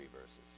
verses